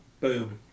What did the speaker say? Boom